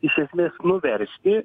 iš esmės nuversti